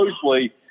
closely